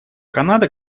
канада